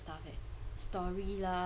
and stuff eh story lah